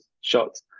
shots